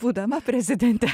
būdama prezidente